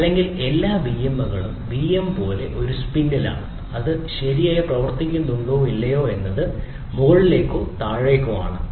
അല്ലെങ്കിൽ എല്ലാ വിഎമ്മുകളും വിഎം പോലുള്ള ഒരു സ്പിന്നിലാണ് അത് ശരിയായി പ്രവർത്തിക്കുന്നുണ്ടോ ഇല്ലയോ എന്നത് മുകളിലേക്കോ താഴേക്കോ ആണ്